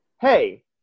hey